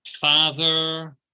father